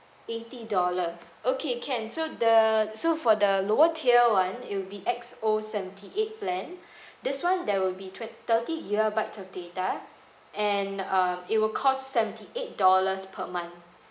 eighty dollar okay can so the so for the lower tier one it will be X_O seventy eight plan this one there will be twen~ thirty gigabyte of data and uh it will cost seventy eight dollars per month